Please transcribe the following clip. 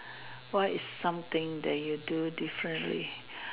what is something that you do differently